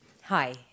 Hi